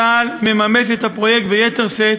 צה"ל מממש את הפרויקט ביתר שאת,